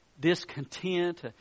Discontent